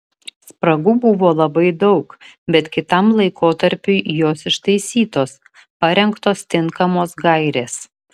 spragų buvo labai daug bet kitam laikotarpiui jos ištaisytos parengtos tinkamos gairės